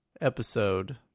episode